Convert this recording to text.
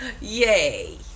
Yay